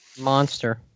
Monster